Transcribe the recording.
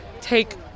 take